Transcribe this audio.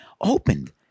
opened